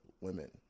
women